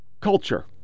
culture